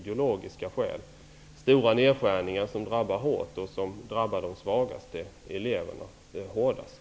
Det är fråga om stora nedskärningar, som slår hårt och drabbar de svaga eleverna hårdast.